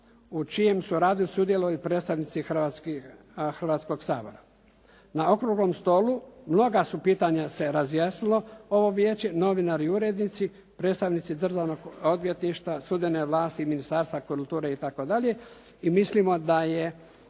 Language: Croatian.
u čijem radu sudjeluju i predstavnici Hrvatskog sabora. Na okruglom stolu mnoga su pitanja se razjasnilo ovo vijeće, novinari i urednici, predstavnici državnog odvjetništva, sudbene vlasti, ministarstva kulture i tako dalje i mislimo da je